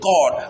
God